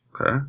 Okay